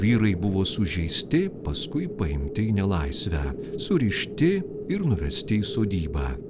vyrai buvo sužeisti paskui paimti į nelaisvę surišti ir nuvesti į sodybą